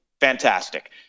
Fantastic